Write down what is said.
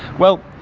well.